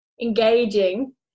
engaging